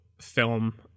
film